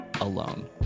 alone